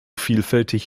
vielfältig